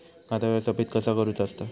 खाता व्यवस्थापित कसा करुचा असता?